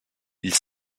ils